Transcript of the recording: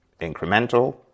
incremental